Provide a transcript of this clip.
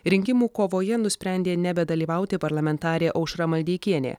rinkimų kovoje nusprendė nebedalyvauti parlamentarė aušra maldeikienė